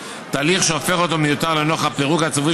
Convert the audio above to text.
תהליך שהופך אותו מיותר לנוכח הפירוק הצפוי